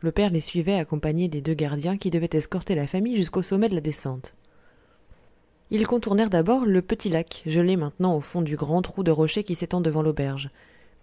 le père les suivait accompagné des deux gardiens qui devaient escorter la famille jusqu'au sommet de la descente ils contournèrent d'abord le petit lac gelé maintenant au fond du grand trou de rochers qui s'étend devant l'auberge